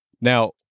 Now